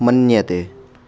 मन्यते